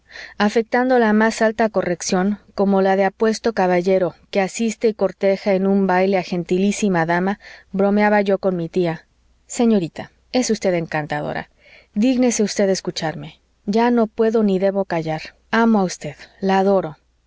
afectando la más alta corrección como la de apuesto caballero que asiste y corteja en un baile a gentilísima dama bromeaba yo con mi tía señorita es usted encantadora dígnese usted escucharme ya no puedo ni debo callar amo a usted la adoro